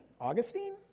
Augustine